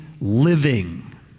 living